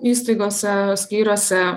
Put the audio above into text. įstaigose skyriuose